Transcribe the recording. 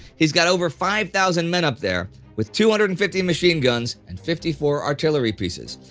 he's got over five thousand men up there with two hundred and fifty machine guns and fifty four artillery pieces.